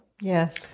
yes